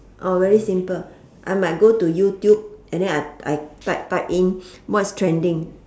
very simple I might go to youtube and then I I type type in what's trending